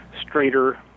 straighter